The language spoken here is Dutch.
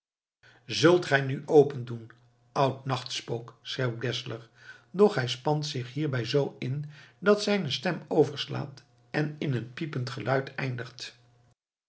zult gij nu open doen oud nachtspook schreeuwt geszler doch hij spant zich hierbij zoo in dat zijne stem overslaat en in een piepend geluid eindigt